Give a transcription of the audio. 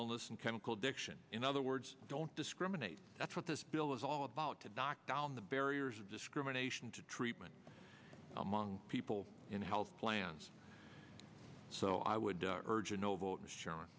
illness and chemical addiction in other words don't discriminate that's what this bill is all about to knock down the barriers of discrimination to treatment among people in health plans so i would urge a no